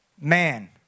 man